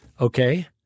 Okay